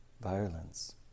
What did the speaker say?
violence